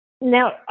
now